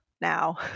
now